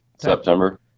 September